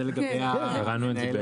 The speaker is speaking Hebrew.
קרוב שלוב זה קרוב חורג.